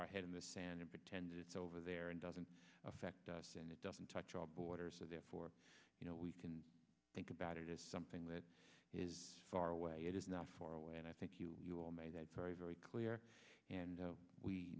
our head in the sand and pretend that it's over there and doesn't affect us and it doesn't touch our borders of therefore you know we can think about it is something that is far away it is not far away and i think you you all made that very very clear and